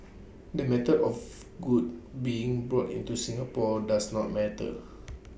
the method of goods being brought into Singapore does not matter